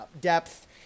depth